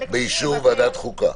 באישור ועדת חוקה.